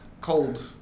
cold